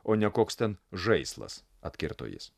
o ne koks ten žaislas atkirto jis